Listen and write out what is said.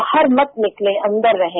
बाहर मत निकलें अन्दर रहें